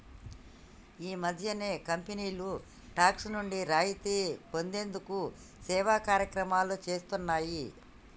ఈ మధ్యనే కంపెనీలు టాక్స్ నుండి రాయితీ పొందేందుకు సేవా కార్యక్రమాలు చేస్తున్నాయి